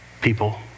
people